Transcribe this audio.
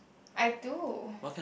I do